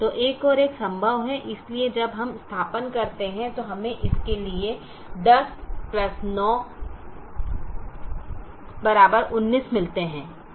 तो 11 संभव है इसलिए जब हम स्थानापन्न करते हैं तो हमें इसके लिए 10 9 19 मिलते हैं